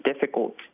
difficult